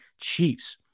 chiefs